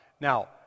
now